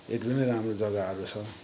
एकदमै राम्रो जग्गाहरू छ